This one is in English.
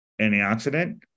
antioxidant